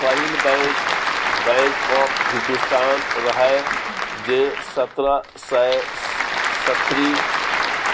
पहिल bank, bank of Hindustan रहय जे सतरह सय सत्तरि